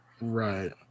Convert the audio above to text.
Right